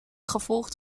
gevolgd